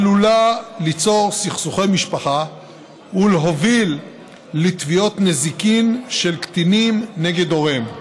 עלולה ליצור סכסוכי משפחה ולהוביל לתביעות נזיקין של קטינים נגד הוריהם.